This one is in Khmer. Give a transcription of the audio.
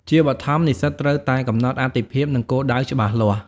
ជាបឋម និស្សិតត្រូវតែកំណត់អាទិភាព និងគោលដៅច្បាស់លាស់។